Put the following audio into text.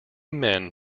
men